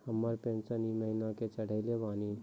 हमर पेंशन ई महीने के चढ़लऽ बानी?